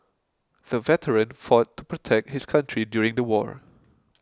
the veteran fought to protect his country during the war